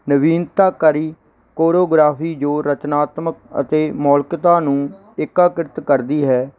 ਨਵੀਨਤਾਕਾਰੀ choreography ਜੋ ਰਚਨਾਤਮਕ ਅਤੇ ਮੌਲਿਕਤਾ ਨੂੰ ਏਕੀਕ੍ਰਿਤ ਕਰਦੀ ਹੈ